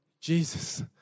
Jesus